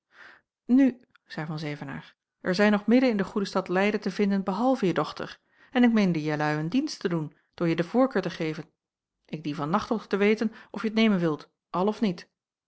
nu zeî van zevenaer er zijn nog minnen in de goede stad leyden te vinden behalve je dochter en ik meende jelui een dienst te doen door je de voorkeur te geven ik dien van nacht nog te weten of je t nemen wilt al of niet